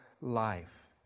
life